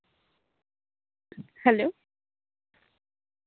hello